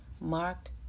marked